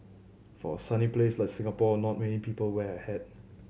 for a sunny place like Singapore not many people wear a hat